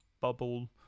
Bubble